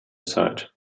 aside